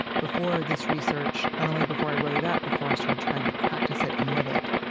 before this research, not only before i wrote it up, before i started trying to practice it and live it,